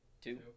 two